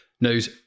knows